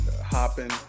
hopping